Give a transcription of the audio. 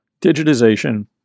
digitization